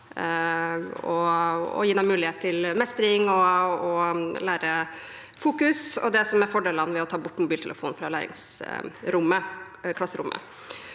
og gi dem mulighet til mestring og å lære seg å ha fokus og hva som er fordelene ved å ta bort mobiltelefonen fra klasserommet.